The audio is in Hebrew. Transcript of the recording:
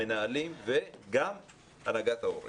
המנהלים וגם הנהגת ההורים.